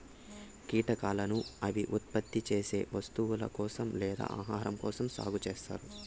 కీటకాలను అవి ఉత్పత్తి చేసే వస్తువుల కోసం లేదా ఆహారం కోసం సాగు చేత్తారు